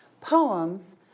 Poems